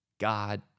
God